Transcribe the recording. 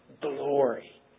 glory